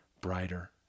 brighter